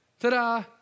Ta-da